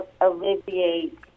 alleviate